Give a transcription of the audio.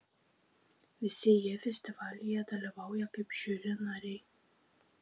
visi jie festivalyje dalyvauja kaip žiuri nariai